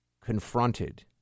confronted